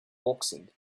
boxing